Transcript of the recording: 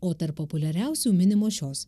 o tarp populiariausių minimos šios